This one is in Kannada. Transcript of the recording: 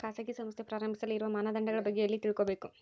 ಖಾಸಗಿ ಸಂಸ್ಥೆ ಪ್ರಾರಂಭಿಸಲು ಇರುವ ಮಾನದಂಡಗಳ ಬಗ್ಗೆ ಎಲ್ಲಿ ತಿಳ್ಕೊಬೇಕು?